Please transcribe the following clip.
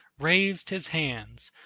raised his hands,